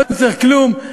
לא צריך כלום,